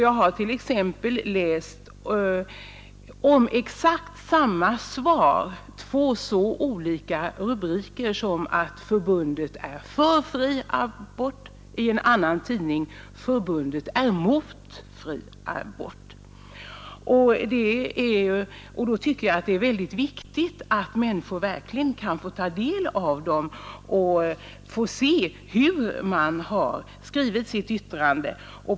Jag har t.ex. läst om exakt samma svar två så olika rubriker som att ”förbundet är för fri abort” och — i en annan tidning — att ”förbundet är mot fri abort”. Då tycker jag att det är väldigt viktigt att människor verkligen kan få ta del av remissyttrandena för att se hur man har skrivit sitt yttrande.